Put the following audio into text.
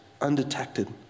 undetected